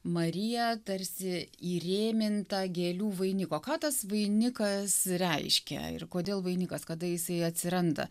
mariją tarsi įrėmintą gėlių vainiko ką tas vainikas reiškia ir kodėl vainikas kada jisai atsiranda